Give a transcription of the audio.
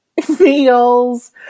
feels